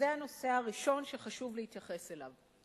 אז זה הנושא הראשון שחשוב להתייחס אליו.